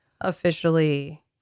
officially